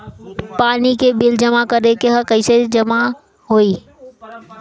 पानी के बिल जमा करे के बा कैसे जमा होई?